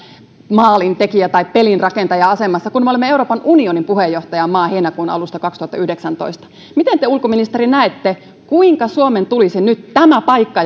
maalintekijä tai pelinrakentaja asemassa kun me olemme euroopan unionin puheenjohtajamaa heinäkuun alusta kaksituhattayhdeksäntoista miten te ulkoministeri näette kuinka suomen tulisi nyt tämä paikka